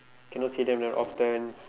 cannot see them that often